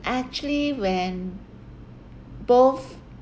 actually when both